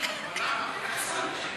ההצעה